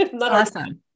Awesome